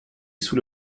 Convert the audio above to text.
sous